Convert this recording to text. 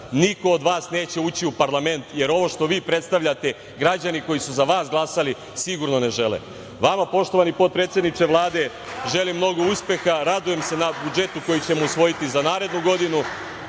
niko od vas neće ući u parlament, jer ovo što vi predstavljate, građani koji su za vas glasali sigurno ne žele. Vama, poštovani potpredsedniče Vlade, želim mnogo uspeha. Radujem se budžetu koji ćemo usvojiti za narednu godinu